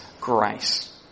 grace